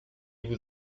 vous